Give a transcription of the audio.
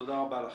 תודה רבה לך.